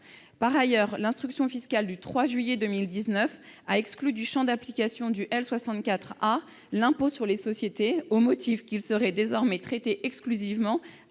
Par ailleurs, l'instruction fiscale du 3 juillet 2019 a exclu du champ d'application de l'article L. 64 A du LPF l'impôt sur les sociétés au motif qu'il serait désormais traité exclusivement